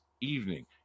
evening